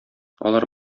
алар